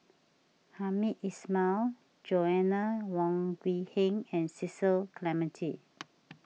Hamed Ismail Joanna Wong Bee Heng and Cecil Clementi